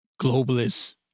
globalist